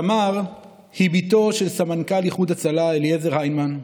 תמר היא בתו של סמנכ"ל איחוד הצלה אליעזר היימן.